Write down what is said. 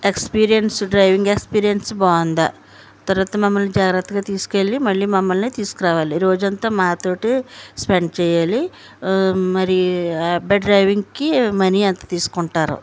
experience driving experience బాగుందా తర్వాత మమ్మల్ని జాగ్రత్తగా తీసుకు వెళ్ళి మళ్ళీ మమ్మల్ని తీసుకురావాలి రోజు అంతా మాతో స్పెండ్ చేయాలి మరి ఆ అబ్బాయి డ్రైవింగ్కి మనీ ఎంత తీసుకుంటారు